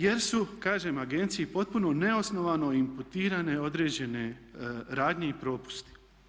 Jer su kažem agenciji potpuno neosnovano imputirane određene radnje i propusti.